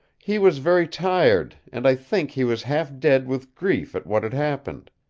he was very tired, and i think he was half dead with grief at what had happened.